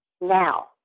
Now